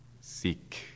seek